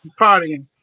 partying